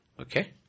Okay